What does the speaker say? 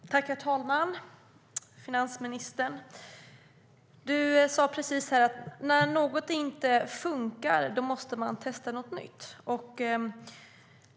STYLEREF Kantrubrik \* MERGEFORMAT Svar på interpellationerHerr talman! Finansministern sade här att när något inte funkar måste man testa något nytt.